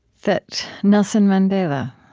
that nelson mandela,